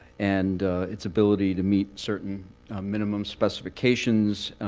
and its ability to meet certain minimum specifications,